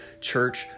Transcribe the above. church